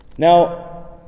Now